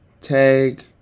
tag